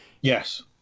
Yes